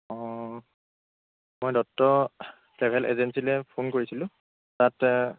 অঁ মই দত্ত ট্ৰেভেল এজেঞ্চিলৈ ফোন কৰিছিলোঁ তাত